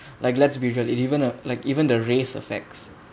like let's visual it even uh like even the race effects